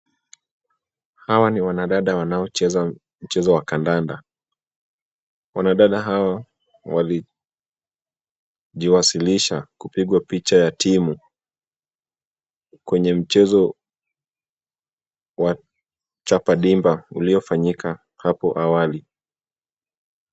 Hao ni wanadada wanaocheza mchezo wa kandanda. Wanadada hawa walijiwashilisha kupiga picha ya timu kwenye mchezo wa chapa dimba uliofanyika hapo awali.